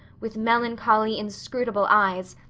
with melancholy, inscrutable eyes,